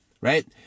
right